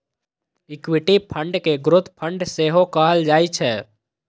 equity fund कें growth fund सेहो कहल जाइ छै